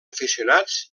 aficionats